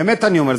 באמת אני אומר,